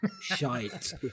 shite